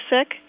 sick